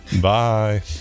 Bye